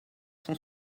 cent